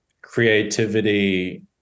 creativity